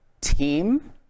team